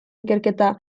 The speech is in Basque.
ikerketa